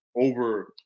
Over